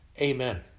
amen